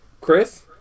Chris